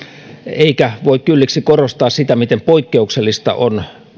eikä voi kylliksi korostaa sitä miten poikkeuksellista on